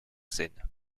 scène